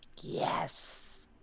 Yes